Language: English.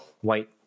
white—